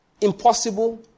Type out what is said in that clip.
impossible